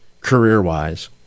career-wise